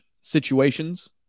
situations